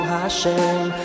Hashem